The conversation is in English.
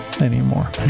anymore